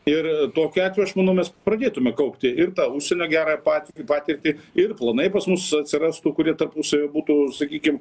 ir tokiu atveju aš manau mes pradėtume kaupti ir tą užsienio gerąją pa patirtį ir planai pas mus atsirastų kurie tarpusavyje būtų sakykim